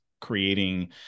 creating